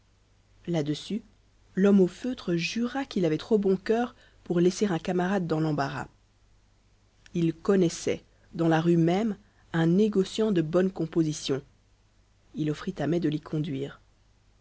là-dessus l'homme au feutre jura qu'il avait trop bon cœur pour laisser un camarade dans l'embarras il connaissait dans la rue même un négociant de bonne composition il offrit à mai de l'y conduire